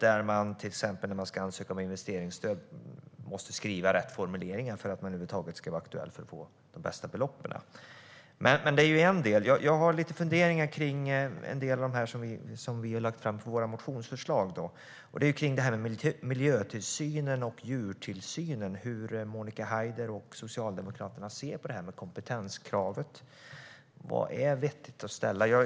Till exempel måste man när man ska ansöka om investeringsstöd skriva rätt formuleringar för att man över huvud taget ska vara aktuell för att få de bästa beloppen. Det är en del. Men jag har lite funderingar kring en del av det som vi har lagt fram i våra motionsförslag, och det är om miljötillsynen och djurtillsynen. Hur ser Monica Haider på detta med kompetenskravet? Vad är ett vettigt krav att ställa?